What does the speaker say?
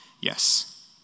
Yes